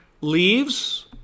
leaves